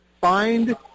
find